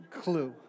Clue